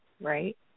Right